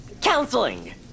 counseling